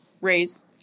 raise